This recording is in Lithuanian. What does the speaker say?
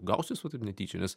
gausis va taip netyčia nes